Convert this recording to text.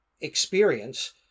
experience